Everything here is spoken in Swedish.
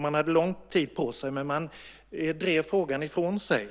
Man hade lång tid på sig, men man drev frågan ifrån sig.